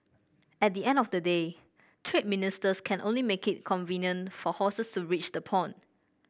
at the end of the day trade ministers can only make it convenient for horses to reach the pond